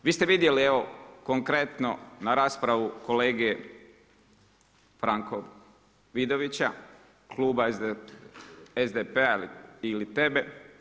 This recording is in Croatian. Vi ste vidjeli evo konkretno na raspravu kolege Franko Vidovića kluba SDP-a ili tebe.